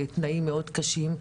על התנאים המאוד מאוד קשים.